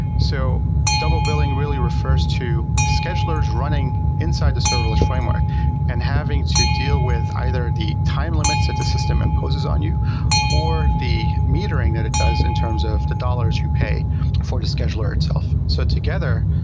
so double billing really refers to schedulers running inside the serverless framework and having to deal with either the time limits that the system imposes on you or the metering that it does in terms of the dollars you pay for the scheduler itself. so together,